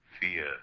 fear